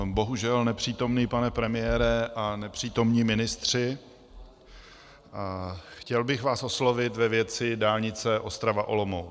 Bohužel nepřítomný pane premiére a nepřítomní ministři, chtěl bych vás oslovit ve věci dálnice Ostrava Olomouc.